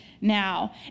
now